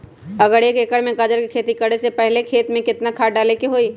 अगर एक एकर में गाजर के खेती करे से पहले खेत में केतना खाद्य डाले के होई?